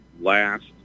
last